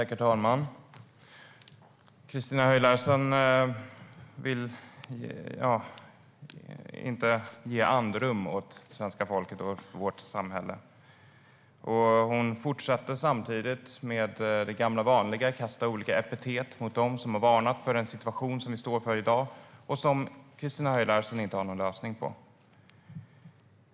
Herr talman! Christina Höj Larsen vill inte ge svenska folket och vårt samhälle andrum. Hon fortsätter med det gamla vanliga att kasta epitet mot dem som har varnat för den situation som vi står inför i dag och som Christina Höj Larsen inte har någon lösning på.